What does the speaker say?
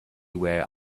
where